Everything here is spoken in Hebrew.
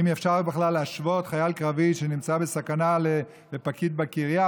האם אפשר בכלל להשוות חייל קרבי שנמצא בסכנה לפקיד בקריה?